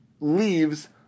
leaves